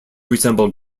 resemble